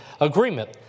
agreement